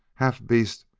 half-beast,